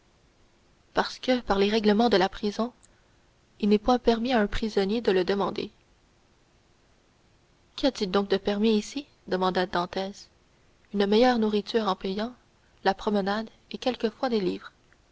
parce que par les règlements de la prison il n'est point permis à un prisonnier de le demander qu'y a-t-il donc de permis ici demanda dantès une meilleure nourriture en payant la promenade et quelquefois des